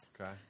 Okay